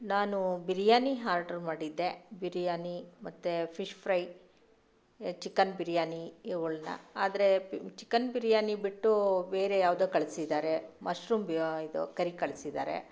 ನಾನು ಬಿರ್ಯಾನಿ ಹಾರ್ಡ್ರು ಮಾಡಿದ್ದೆ ಬಿರ್ಯಾನಿ ಮತ್ತು ಫಿಶ್ ಫ್ರೈ ಚಿಕನ್ ಬಿರ್ಯಾನಿ ಇವುಗಳ್ನ ಆದರೆ ಚಿಕನ್ ಬಿರ್ಯಾನಿ ಬಿಟ್ಟು ಬೇರೆ ಯಾವುದೋ ಕಳ್ಸಿದ್ದಾರೆ ಮಶ್ರೂಮ್ ಬ್ಯೊ ಇದು ಕರಿ ಕಳ್ಸಿದ್ದಾರೆ